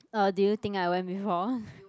uh do you think I went before